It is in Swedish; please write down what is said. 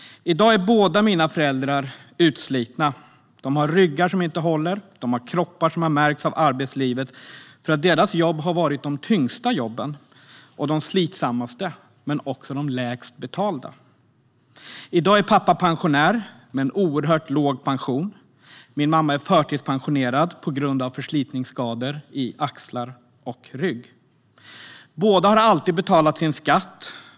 I dag är båda mina föräldrar utslitna. De har ryggar som inte håller och kroppar som har märkts av arbetslivet, för deras jobb har varit de tyngsta och slitsammaste men också de lägst betalda. I dag är pappa pensionär med en oerhört låg pension. Min mamma är förtidspensionerad på grund av förslitningsskador i axlar och rygg. Båda har alltid betalat sin skatt.